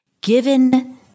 Given